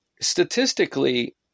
statistically